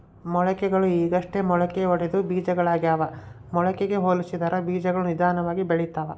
ಮೊಳಕೆಗಳು ಈಗಷ್ಟೇ ಮೊಳಕೆಯೊಡೆದ ಬೀಜಗಳಾಗ್ಯಾವ ಮೊಳಕೆಗೆ ಹೋಲಿಸಿದರ ಬೀಜಗಳು ನಿಧಾನವಾಗಿ ಬೆಳಿತವ